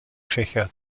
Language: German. fächer